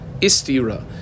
Istira